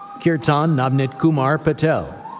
kirtan navnitkumar patel,